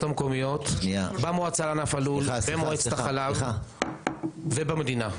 המקומיות, במועצה לענף הלול, במועצת החלב ובמדינה.